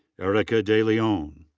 erika de leon.